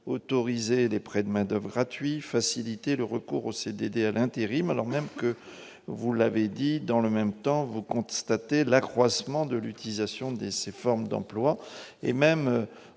autoriser les prêts de main-d'oeuvre gratuit faciliter le recours aux CDD à l'intérim, alors même que vous l'avez dit, dans le même temps, vous constatez l'accroissement de l'utilisation des ces formes d'emploi et même